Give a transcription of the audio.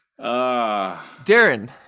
Darren